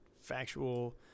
factual